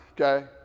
okay